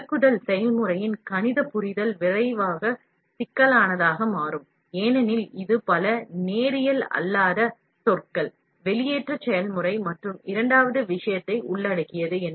வெளியேற்ற செயல்முறை பற்றிய கணித புரிதல் விரைவாக சிக்கலானதாக மாறும் ஏனெனில் இது பல நேரியல் அல்லாத விதிமுறைகளை உள்ளடக்கியது